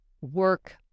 work